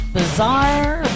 bizarre